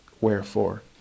Wherefore